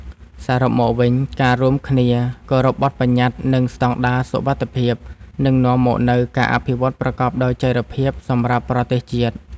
សរុបមកវិញ ការរួមគ្នាគោរពបទប្បញ្ញត្តិ និងស្តង់ដារសុវត្ថិភាព នឹងនាំមកនូវការអភិវឌ្ឍប្រកបដោយចីរភាពសម្រាប់ប្រទេសជាតិ។